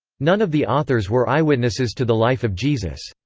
none of the authors were eyewitnesses to the life of jesus,